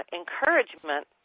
encouragement